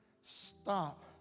stop